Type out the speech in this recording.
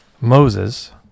Moses